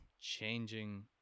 changing